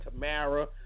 Tamara